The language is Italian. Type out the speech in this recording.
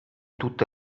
tutte